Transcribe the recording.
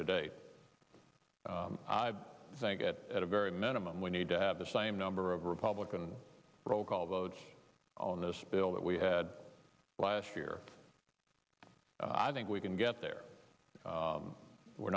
today i think at a very minimum we need to have the same number of republican roll call votes on this bill that we had last year i think we can get there we're